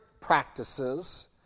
practices